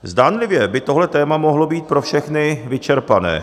Zdánlivě by tohle téma mohlo být pro všechny vyčerpané.